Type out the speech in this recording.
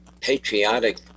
patriotic